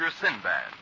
Sinbad